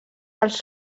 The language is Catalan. els